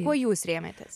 kuo jūs rėmėtės